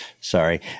sorry